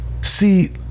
See